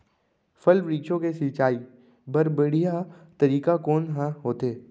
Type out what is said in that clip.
फल, वृक्षों के सिंचाई बर बढ़िया तरीका कोन ह होथे?